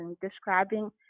describing